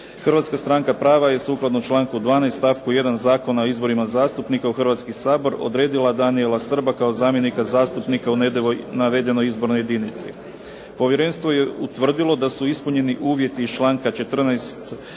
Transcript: Hrvatska stranka prava je sukladno članku 12. stavku 1. Zakona o izborima zastupnika u Hrvatski sabor odredila Danijela Srba kao zamjenika zastupnika u navedenoj izbornoj jedinici. Povjerenstvo je utvrdilo da su ispunjeni uvjeti iz članka 14.